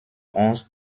onze